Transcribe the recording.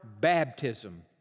baptism